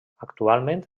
actualment